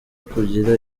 kugira